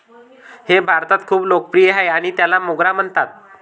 हे भारतात खूप लोकप्रिय आहे आणि त्याला मोगरा म्हणतात